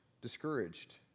discouraged